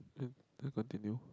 let let continue